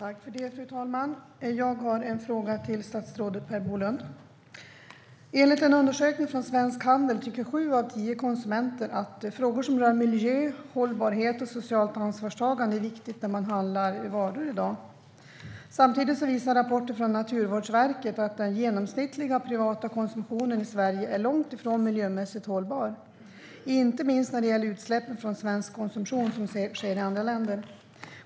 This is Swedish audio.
Fru talman! Jag har en fråga till statsrådet Per Bolund. Enligt en undersökning från Svensk Handel tycker sju av tio konsumenter att frågor som rör miljö, hållbarhet och socialt ansvarstagande är viktiga när de i dag handlar varor. Samtidigt visar rapporter från Naturvårdsverket att den genomsnittliga privata konsumtionen i Sverige är långt ifrån miljömässigt hållbar. Det gäller inte minst utsläppen från svensk konsumtion som sker i andra länder.